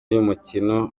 y’umukino